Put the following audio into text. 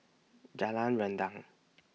Jalan Rendang